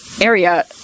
area